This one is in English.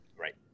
right